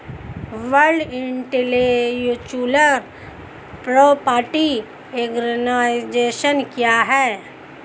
World Intellectual Property Organization क्या है?